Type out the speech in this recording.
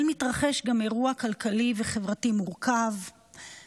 מתרחש גם אירוע כלכלי וחברתי מורכב,